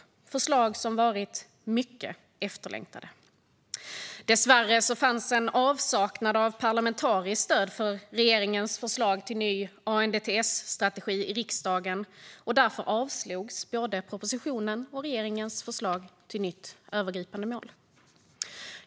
Detta är förslag som varit mycket efterlängtade. Dessvärre saknades parlamentariskt stöd för regeringens förslag till ny ANDTS-strategi i riksdagen, och därför avslogs både propositionen och regeringens förslag till nytt övergripande mål.